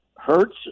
Hurts